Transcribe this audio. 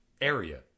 area